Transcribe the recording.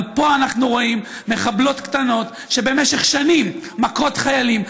אבל פה אנחנו רואים מחבלות קטנות שבמשך שנים מכות חיילים,